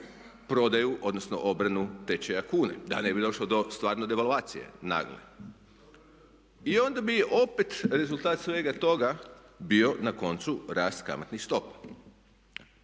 prodaju, odnosno obranu tečaja kune da ne bi došlo do stvarno devalvuacije nagle. I onda bi opet rezultat svega toga bio na koncu rast kamatnih stopa.